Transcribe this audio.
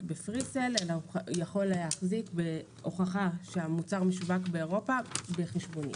ב-פרי-סל אלא הוא יכול להחזיק בהוכחה שהמוצר משווק באירופה בחשבונית.